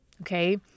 Okay